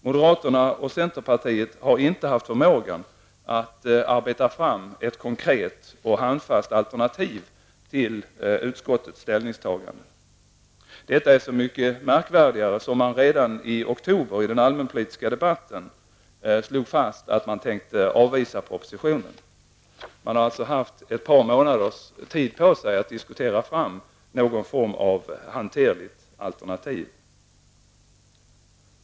Moderaterna och centerpartiet har inte haft förmågan att arbeta fram ett konkret och handfast alternativ till utskottets ställningstagande. Det är så mycket märkvärdigare som man redan i den allmänpolitiska debatten i oktober slog fast att man tänkte yrka avslag på propositionen. Man har alltså haft ett par månaders tid på sig att diskutera fram någon form av hanterligt alternativ.